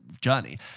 journey